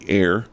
air